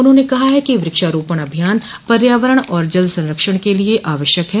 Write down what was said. उन्होंने कहा है कि वृक्षारोण अभियान पर्यावरण और जलसंरक्षण के लिए आवश्यक है